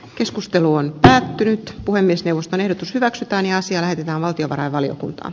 keskustelu on päättynyt puhemiesneuvoston ehdotus hyväksytään ja siellä ja valtiovarainvaliokunta